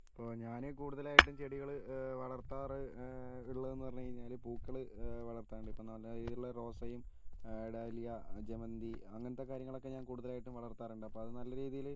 ഇപ്പോൾ ഞാൻ കൂടുതലായിട്ട് ചെടികൾ വളർത്താറ് ഉള്ളതെന്ന് പറഞ്ഞു കഴിഞ്ഞാൽ പൂക്കൾ വളർത്താറുണ്ട് നല്ല ഇപ്പോൾ രീതിയിലുള്ള റോസയും ഡാലിയ ജമന്തി അങ്ങനത്തെ കാര്യങ്ങളൊക്കെ ഞാൻ കൂടുതലായിട്ടും വളർത്താറുണ്ട് അപ്പോൾ അത് നല്ല രീതിയിൽ